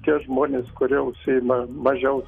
tie žmonės kurie užsiima mažiau